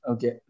Okay